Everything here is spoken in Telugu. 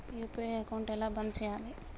యూ.పీ.ఐ అకౌంట్ ఎలా బంద్ చేయాలి?